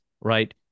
right